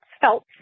felt